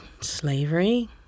slavery